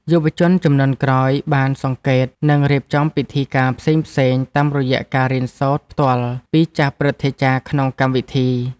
យុវជនជំនាន់ក្រោយបានសង្កេត និងរៀបចំពិធីការផ្សេងៗតាមរយៈការរៀនសូត្រផ្ទាល់ពីចាស់ព្រឹទ្ធាចារ្យក្នុងកម្មវិធី។